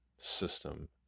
system